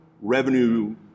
revenue